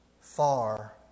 far